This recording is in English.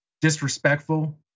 disrespectful